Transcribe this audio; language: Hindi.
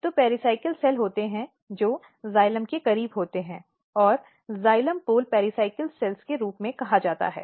तो पेरिसायकल सेल होते हैं जो जाइलम के करीब होते हैं और जाइलम पोल पेरिसायकल कोशिकाओं के रूप में कहा जाता है